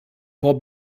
vor